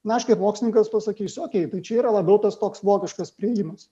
na aš kaip mokslininkas pasakysiu okei tai čia yra labiau tas toks vokiškas priėjimas